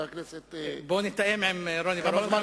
בוא נתאם עם רוני בר-און,